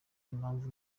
impamvu